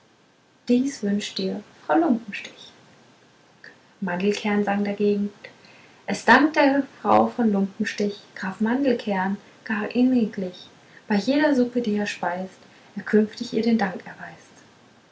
dies wünschet dir frau lumpenstich mandelkern sang dagegen es dankt der frau von lumpenstich graf mandelkern gar inniglich bei jeder suppe die er speist er künftig ihr den dank erweist